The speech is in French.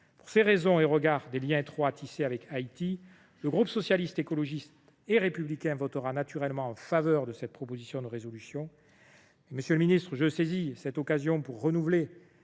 Pour ces raisons, et eu égard aux liens étroits tissés avec Haïti, le groupe Socialiste, Écologiste et Républicain votera naturellement cette proposition de résolution. Monsieur le ministre, je saisis l’occasion qui m’est